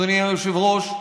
אדוני היושב-ראש.